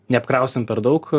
neapkrausim per daug